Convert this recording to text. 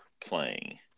playing